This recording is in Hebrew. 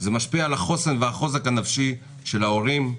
זה משפיע על החוסן והחוזק הנפשי של ההורים,